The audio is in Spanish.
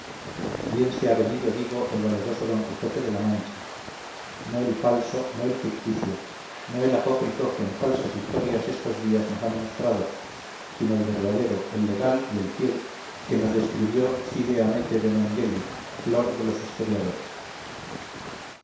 bien sea venido digo el valeroso don quijote de la mancha no el falso no el ficticio no el apócrifo que en falsas historias estos días nos han mostrado sino el verdadero el legal y el fiel que nos describió cide hamete benengeli flor de los historiadores